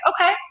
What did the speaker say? okay